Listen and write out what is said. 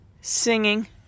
Singing